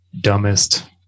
dumbest